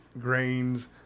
grains